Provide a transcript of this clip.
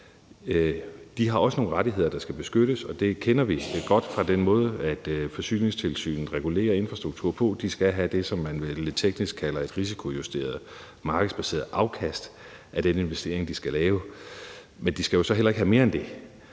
har nogle rettigheder, der skal beskyttes, og det kender vi godt fra den måde, Forsyningstilsynet regulerer infrastruktur på. De skal have det, som man lidt teknisk kalder et risikojusteret, markedsbaseret afkast af den investering, de skal lave, men de skal jo så heller ikke mere end det.